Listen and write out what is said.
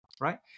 right